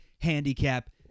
handicap